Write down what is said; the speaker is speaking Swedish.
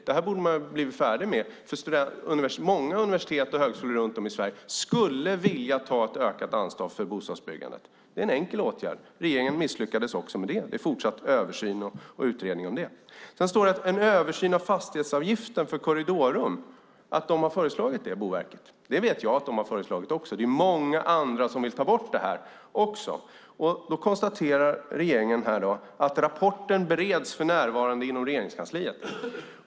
Man borde ha blivit färdig med detta, för många universitet och högskolor runt om i Sverige skulle vilja ta ett ökat ansvar för bostadsbyggandet. Det är en enkel åtgärd, men regeringen misslyckades också med det. Det blir i stället fortsatt översyn och utredning av det. Det står i svaret att Boverket har föreslagit en översyn av fastighetsavgiften för korridorrum. Det vet jag också att de har föreslagit. Det finns även många andra som vill ta bort den. Regeringen konstaterar att rapporten för närvarande bereds inom Regeringskansliet.